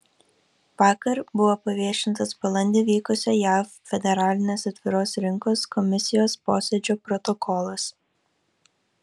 vakar buvo paviešintas balandį vykusio jav federalinės atviros rinkos komisijos posėdžio protokolas